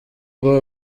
ubwo